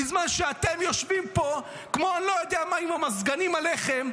בזמן שאתם יושבים פה כמו אני לא יודע מה עם המזגנים עליכם.